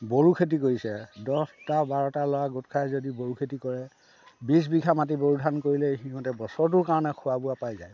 বড়ো খেতি কৰিছে দহটা বাৰটা ল'ৰা গোট খাই যদি বড়ো খেতি কৰে বিছ বিঘা মাতি বড়ো ধান কৰিলে সিহঁতে বছৰটোৰ কাৰণে খোৱা বোৱা পাই যায়